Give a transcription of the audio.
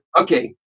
Okay